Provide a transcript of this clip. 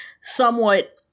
somewhat